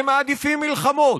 הם מעדיפים מלחמות,